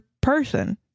person